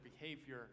behavior